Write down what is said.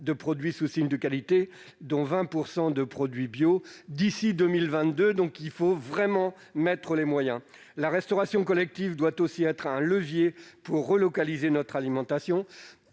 de produits sous signe de qualité et de 20 % de produits bio d'ici à 2022. Il faut vraiment y mettre les moyens. La restauration collective doit aussi être un levier pour relocaliser notre alimentation.